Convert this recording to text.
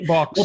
Box